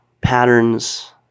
patterns